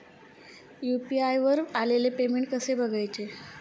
UPI वर आलेले payment कसे बघायचे?